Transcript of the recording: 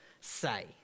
say